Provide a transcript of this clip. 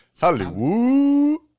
Hollywood